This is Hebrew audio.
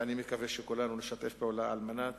ואני מקווה שכולנו נשתף פעולה על מנת